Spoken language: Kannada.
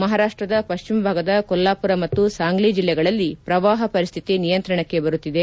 ಮಹಾರಾಪ್ಪದ ಪಶ್ಚಿಮ ಭಾಗದ ಕೊಲ್ವಾಪುರ ಮತ್ತು ಸಾಂಗ್ಲಿ ಜಿಲ್ಲೆಗಳಲ್ಲಿ ಪ್ರವಾಹ ಪರಿಸ್ಟಿತಿ ನಿಯಂತ್ರಣಕ್ಕೆ ಬರುತ್ತಿದೆ